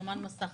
יומן מסע,